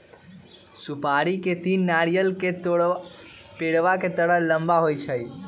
सुपारी के पेड़ नारियल के पेड़वा के तरह लंबा होबा हई